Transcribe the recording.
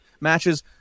matches